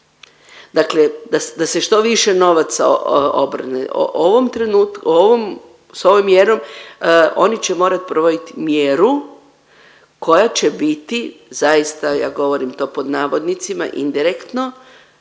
Dakle da se što više novaca obrne. U ovom trenutku s ovom mjerom oni će morat provodit mjeru koja će biti zaista ja govorim to pod navodnicima indirektno